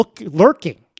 lurking